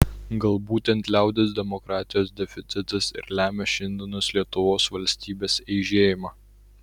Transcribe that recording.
gal būtent liaudies demokratijos deficitas ir lemia šiandienos lietuvos valstybės eižėjimą